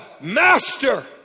Master